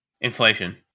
Inflation